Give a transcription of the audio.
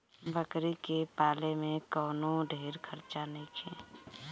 बकरी के पाले में कवनो ढेर खर्चा नईखे